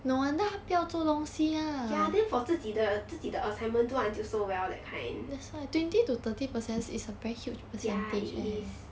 ya then for 自己的自己的 assignment do until so well that kind ya it is